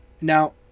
Now